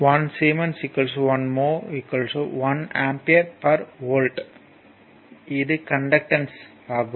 1 siemens 1 mho 1 ampere per volt இது conductance ஆகும்